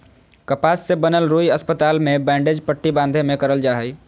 कपास से बनल रुई अस्पताल मे बैंडेज पट्टी बाँधे मे करल जा हय